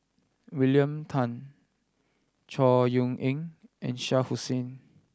William Tan Chor Yeok Eng and Shah Hussain